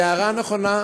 היא הערה נכונה,